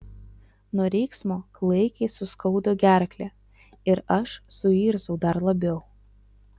nuo riksmo klaikiai suskaudo gerklę ir aš suirzau dar labiau